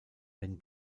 wenn